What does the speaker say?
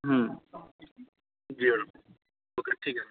जी madam okay ठीक है madam